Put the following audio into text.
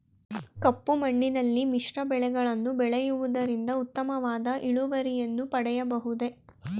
ಕಪ್ಪು ಮಣ್ಣಿನಲ್ಲಿ ಮಿಶ್ರ ಬೆಳೆಗಳನ್ನು ಬೆಳೆಯುವುದರಿಂದ ಉತ್ತಮವಾದ ಇಳುವರಿಯನ್ನು ಪಡೆಯಬಹುದೇ?